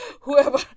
whoever